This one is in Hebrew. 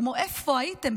כמו: איפה הייתם,